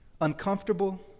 uncomfortable